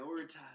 Prioritize